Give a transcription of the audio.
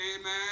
Amen